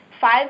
Five